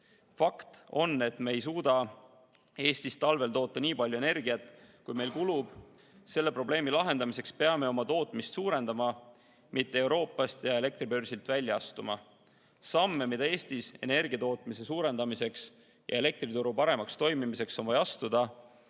Fakt on, et me ei suuda Eestis talvel toota nii palju energiat, kui meil kulub. Selle probleemi lahendamiseks peame oma tootmist suurendama, mitte Euroopast ja elektribörsilt välja astuma. Samme, mida Eestis energiatootmise suurendamiseks ja elektrituru paremaks toimimiseks on vaja astuda,